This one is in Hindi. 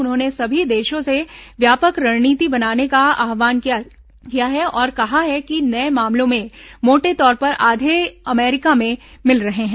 उन्होंने सभी देशों से व्यापक रणनीति बनाने का आह्वान किया है और कहा है कि नए मामलों में मोटे तौर पर आधे अमरीका में मिल रहे हैं